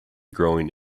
growing